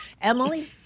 Emily